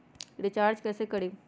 Recharge कैसे करीब?